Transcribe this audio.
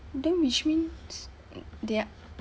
then which means they are